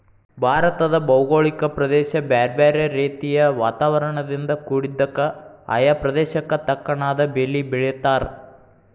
ಭಾರತದ ಭೌಗೋಳಿಕ ಪ್ರದೇಶ ಬ್ಯಾರ್ಬ್ಯಾರೇ ರೇತಿಯ ವಾತಾವರಣದಿಂದ ಕುಡಿದ್ದಕ, ಆಯಾ ಪ್ರದೇಶಕ್ಕ ತಕ್ಕನಾದ ಬೇಲಿ ಬೆಳೇತಾರ